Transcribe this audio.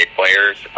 players